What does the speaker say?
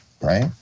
right